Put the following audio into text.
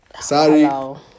Sorry